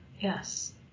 Yes